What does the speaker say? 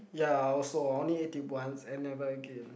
ya I also I only ate it once and never again